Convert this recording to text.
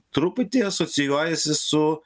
truputį asocijuojasi su